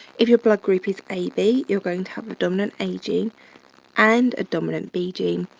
if your blood group is ab, you're going to have the dominant a gene and a dominant b gene.